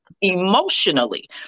emotionally